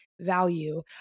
value